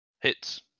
Hits